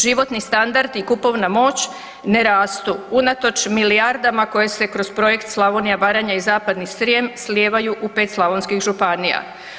Životni standard i kupovna moć ne rastu unatoč milijardama koje se kroz projekt „Slavonija, Baranja i Zapadni Srijem“ slijevaju u pet slavonskih županija.